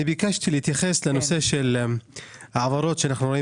ביקשתי להתייחס לנושא של העברות שאנו רואים